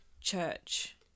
church